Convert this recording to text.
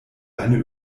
eine